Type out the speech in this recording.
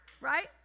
right